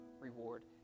reward